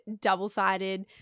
double-sided